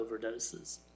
overdoses